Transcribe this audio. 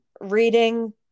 reading